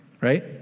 right